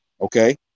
okay